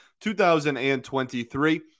2023